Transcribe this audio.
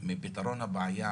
מפתרון הבעיה,